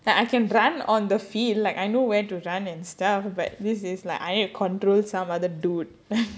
like I can run on the field like I know where to run and stuff but this is like I need to control some other dude